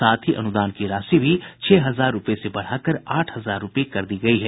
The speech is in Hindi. साथ ही अनुदान की राशि भी छह हजार रूपये से बढ़ा कर आठ हजार रूपये कर दी गयी है